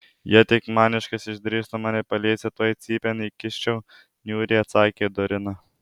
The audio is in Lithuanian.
jei tik maniškis išdrįstų mane paliesti tuoj cypėn įkiščiau niūriai atsakė dorina